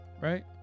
right